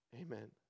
amen